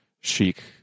chic